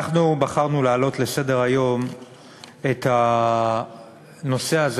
אנחנו בחרנו להעלות לסדר-היום את הנושא הזה